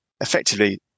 effectively